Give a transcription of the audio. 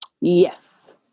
Yes